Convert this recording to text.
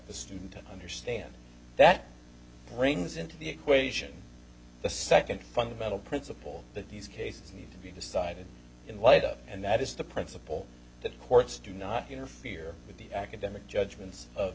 the student to understand that brings into the equation the second fundamental principle that these cases need to be decided in light of and that is the principle that courts do not interfere with the academic judgments of